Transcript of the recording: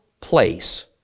place